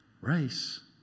race